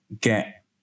get